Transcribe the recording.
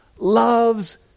loves